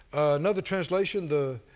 another translation, the